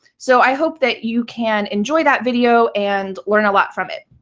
so i hope that you can enjoy that video and learn a lot from it.